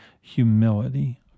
humility